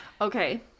Okay